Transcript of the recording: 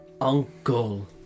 uncle